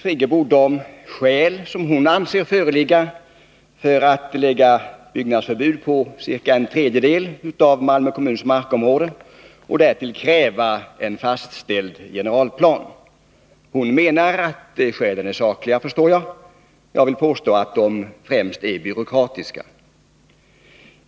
redovisat de skäl som hon anser föreligga för att man skall lägga byggnadsförbud på ca en tredjedel av Malmö kommuns markområde och därtill kräva en fastställd generalplan. Hon menar att skälen är sakliga. Jag vill påstå att de främst är byråkratiska.